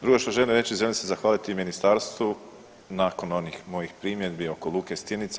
Drugo što želim reći želim se zahvaliti i ministarstvu nakon onih mojih primjedbi oko luke Stjenica.